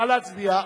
נא להצביע.